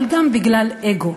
אבל גם בגלל אגו.